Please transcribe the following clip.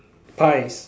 pies